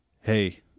Hey